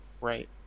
Right